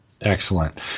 excellent